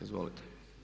Izvolite.